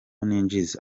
ninjiza